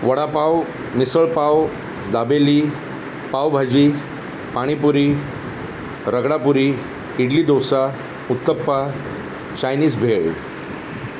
vada pav misal pav dabeli pav bhaji panipuri ragda puri idli dosa uttappa Chinese भेळ